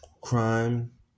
crime